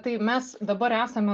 tai mes dabar esame